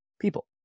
people